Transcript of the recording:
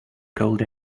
cold